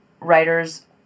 writers